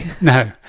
No